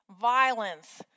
violence